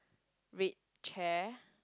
red chair